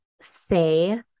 say